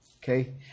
Okay